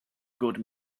good